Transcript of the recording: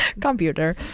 Computer